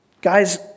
Guys